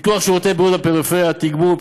מחקר של מכון "שורש" למחקר כלכלי-חברתי קובע כי